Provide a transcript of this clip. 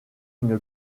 une